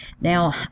Now